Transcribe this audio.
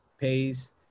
pays